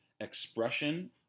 expression